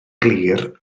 glir